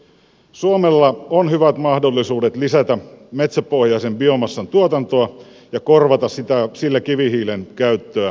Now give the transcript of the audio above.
suomella on hyvät mahdollisuudet lisätä metsäpohjaisen biomassan tuotantoa ja korvata sillä kivihiilen käyttöä voimalaitoskäytössä